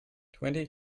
twenty